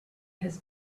his